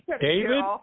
David